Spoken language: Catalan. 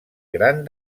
gran